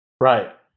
Right